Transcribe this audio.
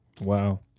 Wow